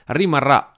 rimarrà